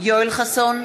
יואל חסון,